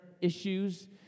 issues